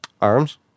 arms